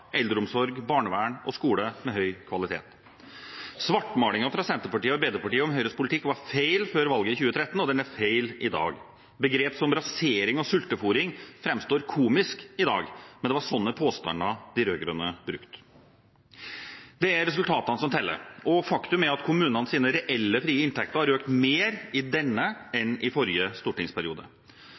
eldreomsorg, barnevern og skole med høy kvalitet. Svartmalingen fra Senterpartiet og Arbeiderpartiet om Høyres politikk var feil før valget i 2013, og den er feil i dag. Begrep som rasering og sultefôring framstår komisk i dag, men det var slike påstander de rød-grønne brukte. Det er resultatene som teller, og faktum er at kommunenes reelle frie inntekter har økt mer i denne enn i forrige stortingsperiode.